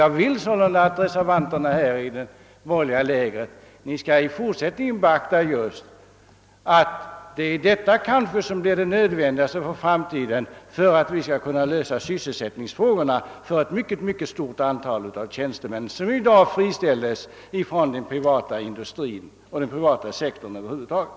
Jag vill sålunda att reservanterna från det borgerliga lägret skall beakta, att en expansion av det slag jag skisserat i framtiden kan bli en av de väsentligaste förutsättningarna för att vi skall kunna lösa sysselsättningsfrågorna för ett mycket stort antal tjänstemän, som i dag friställs inom den privata industrin och inom den privata sektorn över huvud taget.